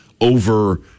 over